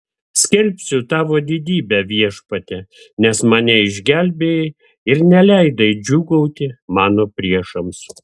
skelbsiu tavo didybę viešpatie nes mane išgelbėjai ir neleidai džiūgauti mano priešams